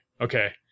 Okay